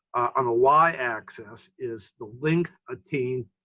on the y axis is the length obtained,